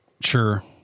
Sure